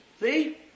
See